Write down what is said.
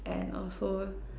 and also